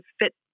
fit